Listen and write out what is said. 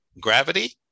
gravity